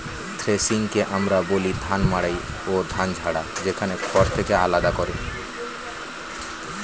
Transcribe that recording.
থ্রেশিংকে আমরা বলি ধান মাড়াই ও ধান ঝাড়া, যেখানে খড় থেকে আলাদা করে